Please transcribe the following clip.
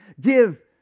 Give